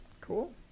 Cool